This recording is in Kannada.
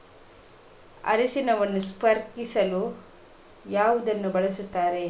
ಅರಿಶಿನವನ್ನು ಸಂಸ್ಕರಿಸಲು ಯಾವುದನ್ನು ಬಳಸುತ್ತಾರೆ?